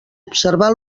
observar